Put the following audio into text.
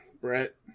brett